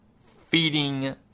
feeding